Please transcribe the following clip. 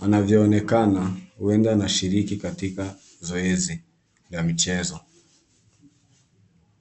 Wanavyoonekana huenda wanashiriki katika zoezi ya michezo.